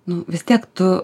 nu vis tiek tu